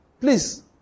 Please